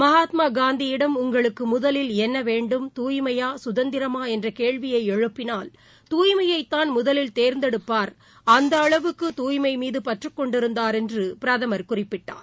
மகாத்மாகாந்தியிடம் உங்களுக்குமுதலில் என்னவேண்டும் தூய்மையா கதந்திரமாஎன்றகேள்வியைஎழுப்பினால் தூய்மையத் தான் முதலில் தேர்ந்தெடுப்பார் அந்தளவுக்கு தூய்மைமீதுபற்றுக்கொண்டிருந்தார் என்றுபிரதமர் குறிப்பிட்டார்